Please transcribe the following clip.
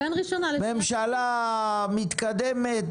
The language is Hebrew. ממשלה מתקדמת,